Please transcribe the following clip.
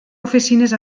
oficines